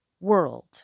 world